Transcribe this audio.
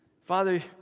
Father